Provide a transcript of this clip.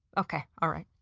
okay. alright.